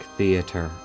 Theater